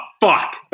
fuck